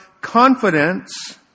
Confidence